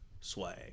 swag